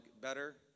better